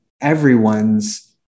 everyone's